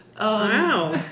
Wow